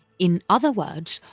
in other words,